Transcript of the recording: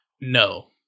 no